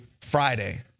Friday